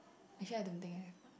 actually I don't think I have one